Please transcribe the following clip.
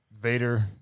vader